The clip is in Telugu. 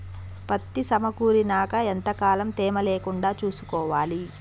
పత్తి సమకూరినాక ఎంత కాలం తేమ లేకుండా చూసుకోవాలి?